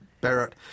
Barrett